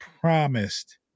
promised